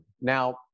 Now